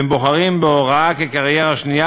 ובוחרים בהוראה כקריירה שנייה,